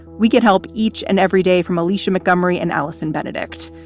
we can help each and every day from alicia mcmurry and allison benedikt.